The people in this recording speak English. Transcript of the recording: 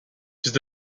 does